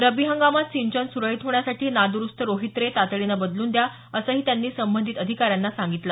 रब्बी हंगामात सिंचन सुरळीत होण्यासाठी नादुरुस्त रोहित्रे तातडीने बदलून द्या असंही त्यांनी संबंधित अधिकाऱ्यांना सांगितलं